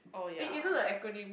it isn't an acronym